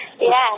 Yes